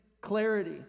clarity